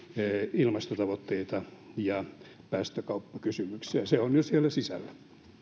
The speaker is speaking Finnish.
ilmastotavoitteita ja päästökauppakysymyksiä se on jo siellä sisällä